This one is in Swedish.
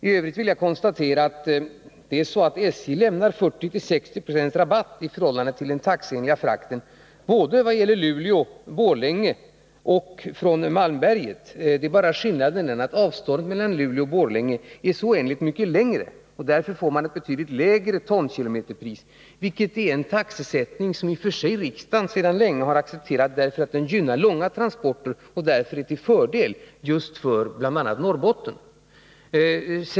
I övrigt vill jag konstatera att SJ lämnar 40-60 96 rabatt i förhållande till den taxeenliga frakten för Luleå, Borlänge och Malmberget. Skillnaden består bara av att avståndet mellan Luleå och Borlänge är så oändligt mycket längre. Det är anledningen till att man får ett betydligt lägre tonkilometerpris, vilket i och för sig är en taxesättning som riksdagen sedan länge har accepterat, eftersom den gynnar långa transporter och just därför är till fördel för bl.a. Norrbotten.